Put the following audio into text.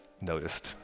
noticed